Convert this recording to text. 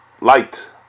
light